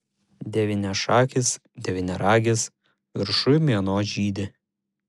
devyniašakis devyniaragis viršuj mėnuo žydi